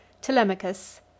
Telemachus